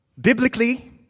Biblically